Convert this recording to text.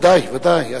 ודאי, ודאי.